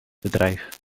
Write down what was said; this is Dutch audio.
bedrijf